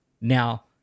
Now